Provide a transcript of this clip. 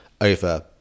over